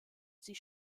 sie